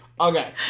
Okay